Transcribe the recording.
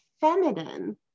feminine